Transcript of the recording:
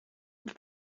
это